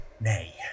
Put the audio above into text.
Nay